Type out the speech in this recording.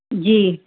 ਜੀ